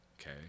okay